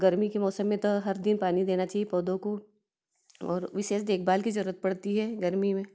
गर्मी के मौसम में त हर दिन पानी देना चाहिए पौधों को और विशेष देखभाल की जरुरत पड़ती है गर्मी में